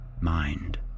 mind